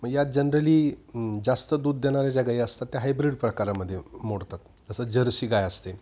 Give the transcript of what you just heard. मग यात जनरली जास्त दूध देणाऱ्या ज्या गाई असतात त्या हाब्रीड प्रकारामध्ये मोडतात जसं जर्सी गाय असते